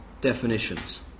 definitions